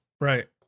Right